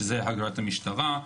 שזו הגדרת המשטרה,